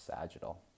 sagittal